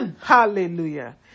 Hallelujah